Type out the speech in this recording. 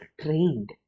trained